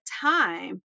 time